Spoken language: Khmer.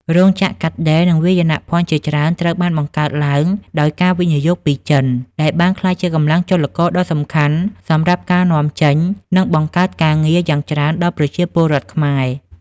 រោងចក្រកាត់ដេរ និងវាយនភ័ណ្ឌជាច្រើនត្រូវបានបង្កើតឡើងដោយការវិនិយោគពីចិន ដែលបានក្លាយជាកម្លាំងចលករដ៏សំខាន់សម្រាប់ការនាំចេញ និងបង្កើតការងារយ៉ាងច្រើនដល់ប្រជាពលរដ្ឋខ្មែរ។